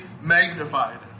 magnified